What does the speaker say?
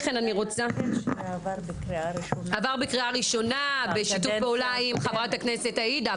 עבר בקריאה ראשונה עם חברת הכנסת עאידה.